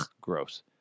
gross